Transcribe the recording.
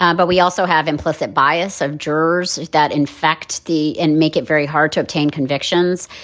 ah but we also have implicit bias of jurors that, in fact, the and make it very hard to obtain convictions.